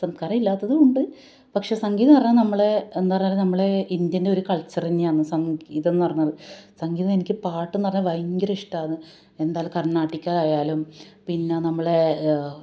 സംസ്കാരം ഇല്ലാത്തതും ഉണ്ട് പക്ഷേ സംഗീതം ന്ന് പറഞ്ഞാൽ നമ്മളുടെ എന്താ പറഞ്ഞാല് നമ്മളുടെ ഇന്ത്യൻ്റെ ഒരു കൾച്ചർ തന്നെയാണ് സംഗീതം എന്ന് പറഞ്ഞാല് സംഗീതം എനിക്ക് പാട്ട് എന്ന് പറഞ്ഞാൽ ഭയങ്കര ഇഷ്ടമാണ് എന്തായാലും കർണാടിക് ആയാലും പിന്നെ നമ്മളുടെ